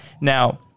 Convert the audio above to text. now